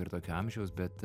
ir tokio amžiaus bet